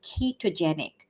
ketogenic